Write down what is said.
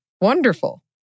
wonderful